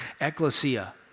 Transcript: ecclesia